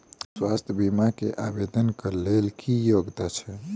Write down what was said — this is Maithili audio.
स्वास्थ्य बीमा केँ आवेदन कऽ लेल की योग्यता छै?